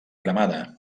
cremada